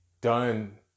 done